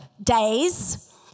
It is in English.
Days